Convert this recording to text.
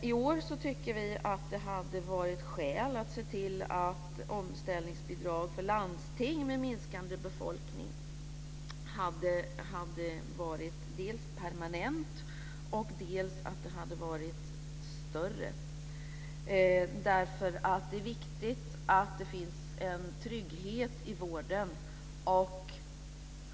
I år tycker vi att det hade varit skäl att se till att omställningsbidrag för landsting med minskande befolkning hade varit dels permanent, dels större. Det är viktigt att det finns en trygghet i vården.